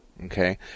Okay